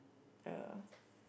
uh